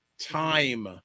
Time